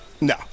No